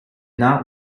not